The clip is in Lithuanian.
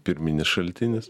pirminis šaltinis